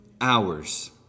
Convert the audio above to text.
hours